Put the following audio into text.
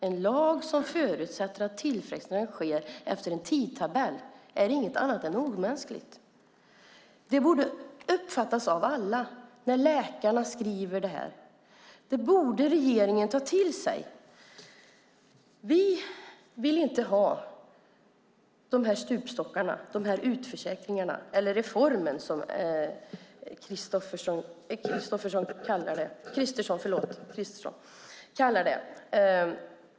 En lag som förutsätter att tillfrisknandet sker efter en tidtabell är inget annat än omänskligt. Det borde uppfattas av alla när läkarna skriver det här. Det borde regeringen ta till sig. Vi vill inte ha de här stupstockarna, de här utförsäkringarna eller reformen, som Kristersson kallar det.